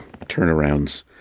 turnarounds